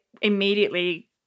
immediately